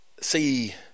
see